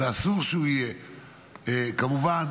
כמובן